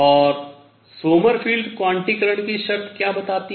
और सोमरफेल्ड क्वांटीकरण की शर्त क्या बताती है